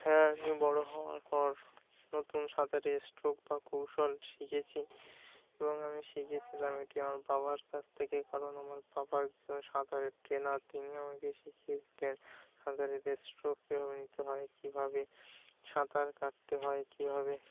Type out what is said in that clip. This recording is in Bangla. হ্যাঁ আমি বড় হওয়ার পর নতুন সাঁতারের স্ট্রোক বা কৌশল শিখেছি এবং আমি শিখেছিলাম এটি আমার বাবার কাছ থেকে কারণ আমার বাবা একজন সাঁতারের ট্রেনার তিনি আমাকে শিখিয়েছিলেন সাঁতারের স্ট্রোক কী ভাবে নিতে হয় কী ভাবে সাঁতার কাটতে হয় কী ভাবে